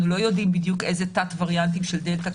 לא יודעים בדיוק איזה תת-וריאנטים של דלתא,